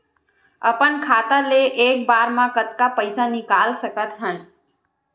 अपन खाता ले एक बार मा कतका पईसा निकाल सकत हन?